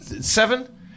Seven